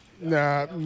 Nah